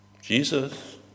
Jesus